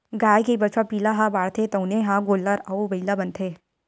गाय के बछवा पिला ह बाढ़थे तउने ह गोल्लर अउ बइला बनथे